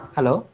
Hello